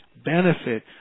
Benefit